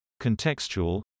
contextual